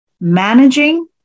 managing